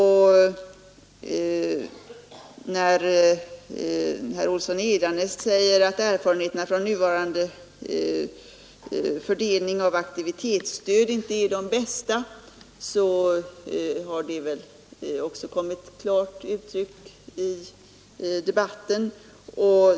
Herr Olsson i Edane säger att erfarenheterna från nuvarande fördelning av aktivitetsstödet inte är de bästa, och det har väl också kommit till klart uttryck i debatten.